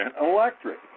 electric